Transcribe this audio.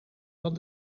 van